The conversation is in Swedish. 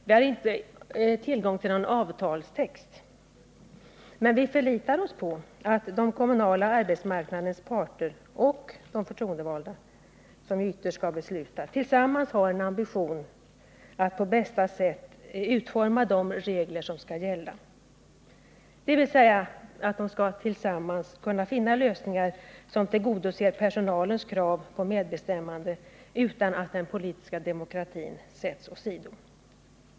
Vi har inte tillgång till någon avtalstext, men vi förlitar oss på att den kommunala arbetsmarknadens parter och de förtroendevalda, som ytterst skall besluta, tillsammans har en ambition att på bästa sätt utforma de regler som skall gälla, dvs. att de tillsammans kan finna lösningar som tillgodoser personalens krav på medbestämmande utan att den politiska demokratin sätts åsido.